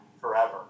forever